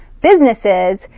businesses